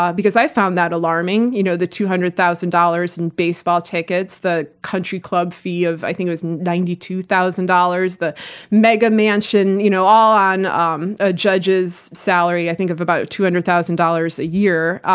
um because i found that alarming. you know, the two hundred thousand dollars in baseball tickets, the country club fee of, i think it was ninety two thousand dollars. the mega-mansion, you know all on um a judge's salary, i think of about two hundred thousand dollars a year.